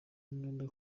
umwenda